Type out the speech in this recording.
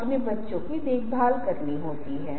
हम भी उस बारे में बात नहीं कर रहे हैं